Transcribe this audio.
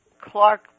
Clark